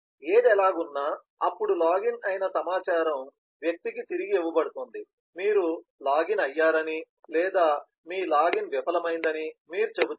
ఏది ఎలాగున్నా అప్పుడు లాగిన్ అయిన సమాచారం వ్యక్తికి తిరిగి ఇవ్వబడుతుంది మీరు లాగిన్ అయ్యారని లేదా మీ లాగిన్ విఫలమైందని మీరు చెబుతారు